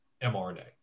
mRNA